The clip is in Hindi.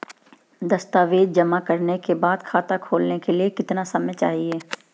दस्तावेज़ जमा करने के बाद खाता खोलने के लिए कितना समय चाहिए?